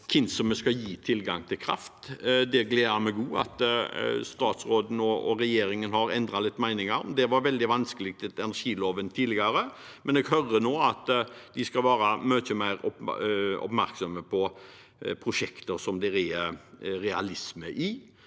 hvem vi skal gi tilgang til kraft. Det gleder meg også at statsråden og regjeringen har endret litt mening om det. Det var veldig vanskelig etter energiloven tidligere, men jeg hører nå at de skal være mye mer oppmerksomme på prosjekter som det er realisme i.